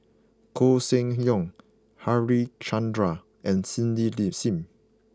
Koh Seng Leong Harichandra and Cindy Leaf Sim